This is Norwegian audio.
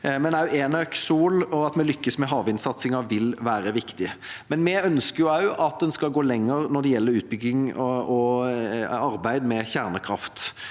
Også enøk, sol og at vi lykkes med havvindsatsingen, vil være viktig. Vi ønsker at en skal gå lenger når det gjelder utbygging av og arbeid med kjernekraft.